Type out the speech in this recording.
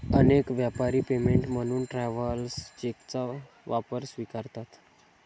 अनेक व्यापारी पेमेंट म्हणून ट्रॅव्हलर्स चेकचा वापर स्वीकारतात